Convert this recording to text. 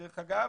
שדרך אגב,